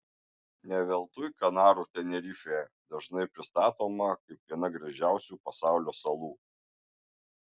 ne veltui kanarų tenerifė dažnai pristatoma kaip viena gražiausių pasaulio salų